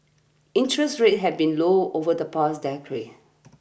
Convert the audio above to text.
interest rates have been low over the past